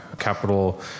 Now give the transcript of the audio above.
capital